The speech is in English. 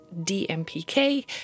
DMPK